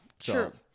sure